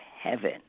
heaven